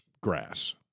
grass